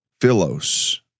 Philos